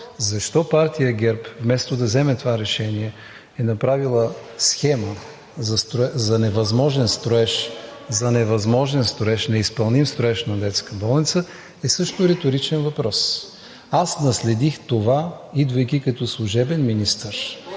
Защо партия ГЕРБ, вместо да вземе това решение, е направила схема за невъзможен строеж, неизпълним строеж на детска болница, е също риторичен въпрос. Аз наследих това, идвайки като служебен министър.